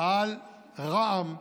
על רע"מ,